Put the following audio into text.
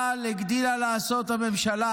אבל הגדילה לעשות הממשלה,